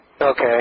Okay